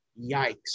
Yikes